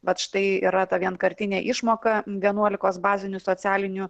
bet štai yra ta vienkartinė išmoka vienuolikos bazinių socialinių